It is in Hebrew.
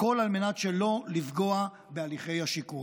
הכול על מנת שלא לפגוע בהליכי השיקום.